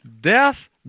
death